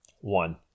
One